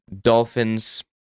Dolphins